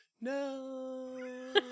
no